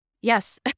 Yes